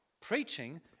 Preaching